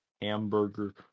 hamburger